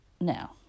Now